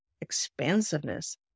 expansiveness